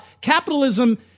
capitalism